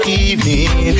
evening